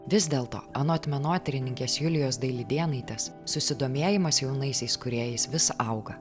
vis dėlto anot menotyrininkės julijos dailidėnaitės susidomėjimas jaunaisiais kūrėjais vis auga